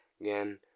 again